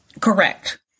Correct